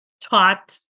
taught